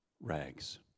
rags